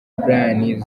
brian